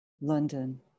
London